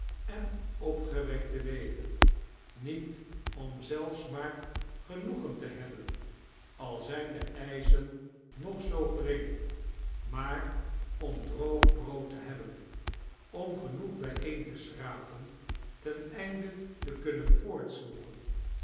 en opgewekt te leven niet om zelfs maar genoegen te hebben al zijn de eischen nog zoo gering maar om droog brood te hebben om genoeg bijeen te schrapen ten einde te kunnen